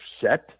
set